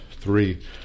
three